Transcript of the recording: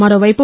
మరోవైపు